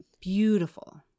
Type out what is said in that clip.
beautiful